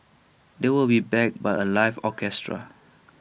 they will be backed by A live orchestra